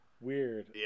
Weird